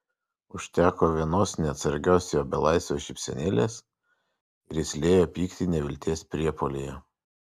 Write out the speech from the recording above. užteko vienos neatsargios jo belaisvio šypsenėlės ir jis liejo pyktį nevilties priepuolyje